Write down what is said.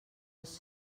els